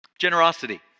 Generosity